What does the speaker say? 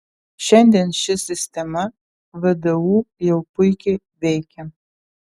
šiandien ši sistema vdu jau puikiai veikia